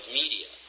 media